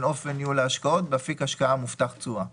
אופן ניהול ההשקעות באפיק השקעה מובטח תשואה.